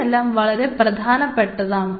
ഇതെല്ലാം വളരെ പ്രധാനപ്പെട്ടതാണ്